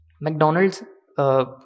McDonald's